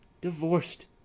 divorced